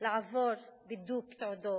לעבור בידוק תעודות,